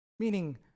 Meaning